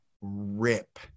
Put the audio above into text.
rip